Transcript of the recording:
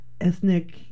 ethnic